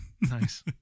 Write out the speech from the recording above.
Nice